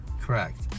correct